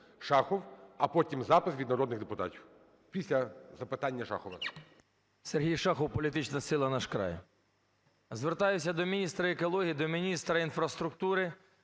Шахов. А потім запис від народних депутатів, після запитання Шахова. 10:43:48 ШАХОВ С.В. Сергій Шахов, політична сила "Наш край". Звертаюся до міністра екології, до міністра інфраструктури,